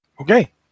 Okay